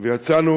יצאנו